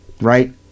right